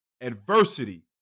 adversity